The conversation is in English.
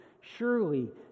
Surely